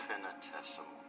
infinitesimal